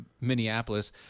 Minneapolis